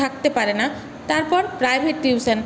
থাকতে পারে না তারপর প্রাইভেট টিউশন